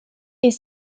est